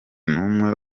numwe